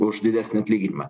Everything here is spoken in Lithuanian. už didesnį atlyginimą